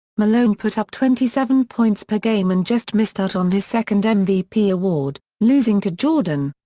malone put up twenty seven points per game and just missed out on his second mvp award, losing to jordan.